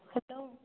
hello